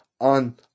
on